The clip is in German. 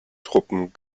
truppen